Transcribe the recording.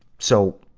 so,